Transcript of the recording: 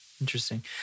interesting